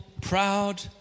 proud